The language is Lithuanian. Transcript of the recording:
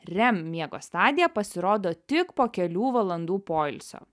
rem miego stadija pasirodo tik po kelių valandų poilsio